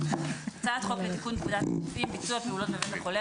הצעת חוק לתיקון פקודת הרופאים (ביצוע פעולות בבית החולה),